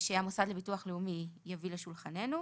שהמוסד לביטוח לאומי יביא לשולחננו.